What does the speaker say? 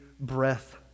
Breath